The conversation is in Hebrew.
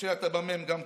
משה, אתה בא מהם גם כן.